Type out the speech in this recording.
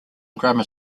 grammar